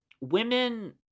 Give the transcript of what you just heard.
women